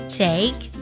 take